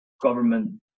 government